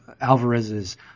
Alvarez's